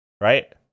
right